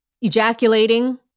ejaculating